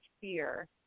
fear